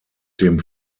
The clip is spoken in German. dem